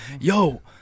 Yo